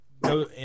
go